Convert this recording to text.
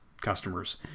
customers